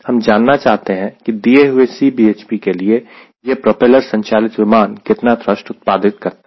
हम जानना चाहते हैं की दिए हुए Cbhp के लिए यह प्रोपेलर संचालित विमान कितना थ्रस्ट उत्पादित करेगा